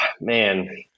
Man